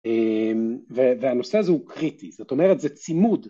והנושא הזה הוא קריטי, זאת אומרת זה צימוד.